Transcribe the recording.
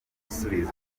igisubizo